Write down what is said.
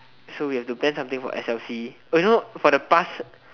so we have to plan something for s_l_c oh you know for the past